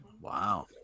Wow